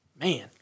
Man